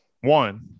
one